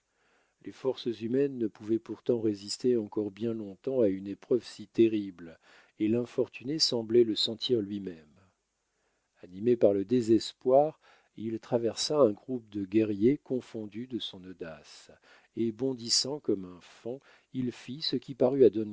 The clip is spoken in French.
les forces humaines ne pouvaient pourtant résister encore bien longtemps a une épreuve si terrible et l'infortuné semblait le sentir lui-même animé par le désespoir il traversa un groupe de guerriers confondus de son audace et bondissant comme un faon il fit ce qui parut